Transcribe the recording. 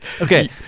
okay